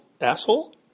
asshole